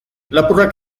lapurrak